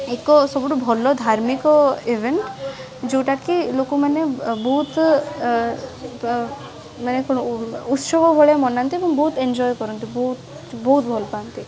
ଏକ ସବୁଠୁ ଭଲ ଧାର୍ମିକ ଇଭେଣ୍ଟ ଯେଉଁଟାକି ଲୋକମାନେ ବହୁତ ମାନେ କ'ଣ ଉତ୍ସବ ଭଳିଆ ମନାନ୍ତି ଏବଂ ବହୁତ ଏନ୍ଜୟ କରନ୍ତି ବହୁତ ବହୁତ ଭଲ ପାଆନ୍ତି